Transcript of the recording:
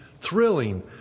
thrilling